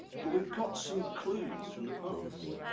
but we've got some clues from the past.